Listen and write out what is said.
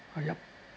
uh yup